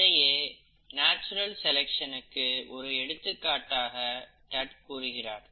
இதையே நேச்சுரல் செலக்சனுக்கு ஒரு எடுத்துக்காட்டாக டட் கூறுகிறார்